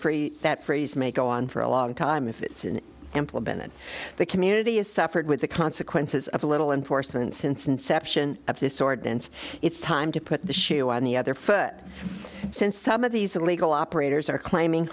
free that freeze may go on for a long time if it's in implemented the community has suffered with the consequences of a little enforcement since inception of this ordinance it's time to put the shoe on the other foot since some of these illegal operators are claiming